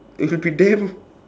it should be them